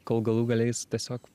kol galų gale jis tiesiog